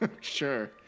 Sure